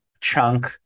chunk